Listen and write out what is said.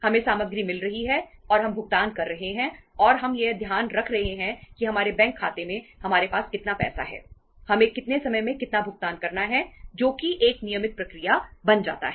हमें सामग्री मिल रही है और हम भुगतान कर रहे हैं और हम यह ध्यान रख रहे हैं कि हमारे बैंक खाते में हमारे पास कितना पैसा है हमें कितने समय में कितना भुगतान करना है जो कि एक नियमित प्रक्रिया बन जाता है